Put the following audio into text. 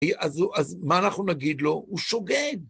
אז מה אנחנו נגיד לו? הוא שוגג.